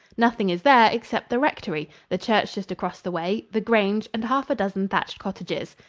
nothing is there except the rectory, the church just across the way, the grange, and half a dozen thatched cottages.